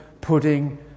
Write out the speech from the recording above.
putting